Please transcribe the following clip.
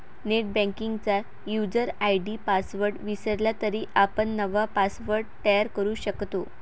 नेटबँकिंगचा user ID password विसरला तरी आपण नवा पासवर्ड तयार करू शकतो